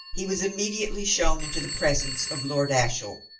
he was immediately shown into the presence of lord ashiel,